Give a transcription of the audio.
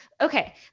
Okay